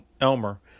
Elmer